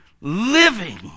living